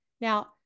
Now